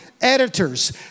editors